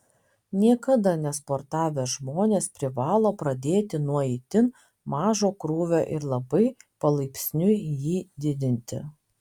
niekada nesportavę žmonės privalo pradėti nuo itin mažo krūvio ir labai palaipsniui jį didinti